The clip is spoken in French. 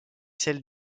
celle